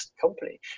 company